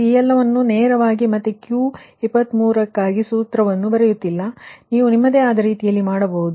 ಈ ಎಲ್ಲವನ್ನು ನಾನು ನೇರವಾಗಿ ಮತ್ತೆ Q23 ಗಾಗಿ ಸೂತ್ರವನ್ನು ಬರೆಯುತ್ತಿಲ್ಲ ಅದನ್ನು ನೀವು ನಿಮ್ಮದೇ ಆದ ರೀತಿಯಲ್ಲಿ ಮಾಡಬಹುದು